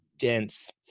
dense